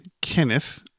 Kenneth